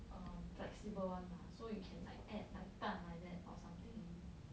um flexible one lah so you can like add like 蛋 like that or something